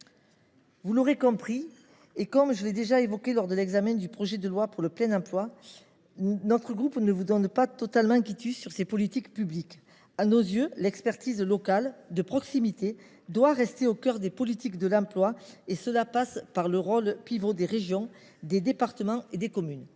Vous l’aurez compris, comme je l’ai déjà indiqué lors de l’examen du projet de loi pour le plein emploi, notre groupe ne vous donne pas totalement quitus, monsieur le ministre, sur ces politiques publiques. À nos yeux, l’expertise locale de proximité doit rester au cœur des politiques de l’emploi : les régions, des départements et des communes